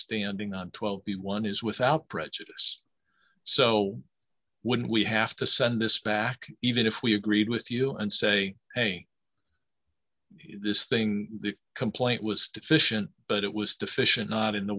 standing on twelve the one is without prejudice so when we have to send this back even if we agreed with you and say hey this thing the complaint was deficient but it was deficient not in the